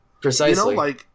Precisely